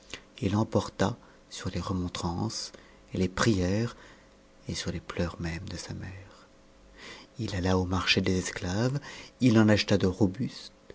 partitet l'emporta sur les remontrances les prières et sur les pleurs même de sa mère t alla au marché des esclaves il en acheta de robustes